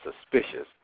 suspicious